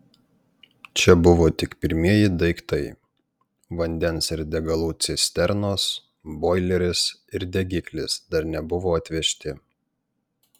čia buvo tik pirmieji daiktai vandens ir degalų cisternos boileris ir degiklis dar nebuvo atvežti